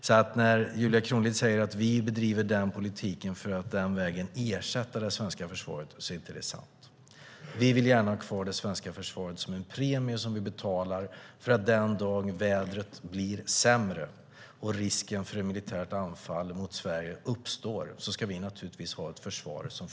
Det Julia Kronlid säger om att vi bedriver den politiken för att på den vägen ersätta det svenska försvaret är alltså inte sant. Vi vill ha kvar det svenska försvaret som en försäkring som vi betalar en premie till för att vi den dag vädret blir sämre och risken för ett militärt anfall mot Sverige uppstår ska ha ett fungerande försvar.